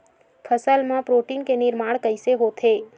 फसल मा प्रोटीन के निर्माण कइसे होथे?